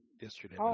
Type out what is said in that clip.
yesterday